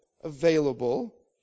available